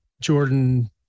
Jordan